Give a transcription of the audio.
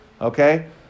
Okay